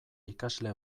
ikasle